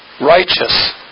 righteous